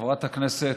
חברת הכנסת,